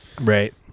Right